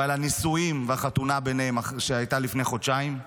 ועל הנישואים והחתונה שלהם, שהייתה לפני חודשיים.